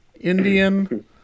Indian